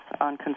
on